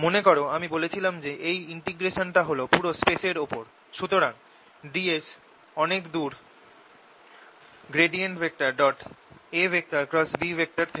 মনে কর আমি বলেছিলাম যে এই ইন্টিগ্রেশন টা হল পুরো স্পেস এর ওপর সুতরাং ds অনেক দূর AB থেকে